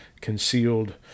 concealed